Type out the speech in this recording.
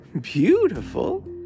beautiful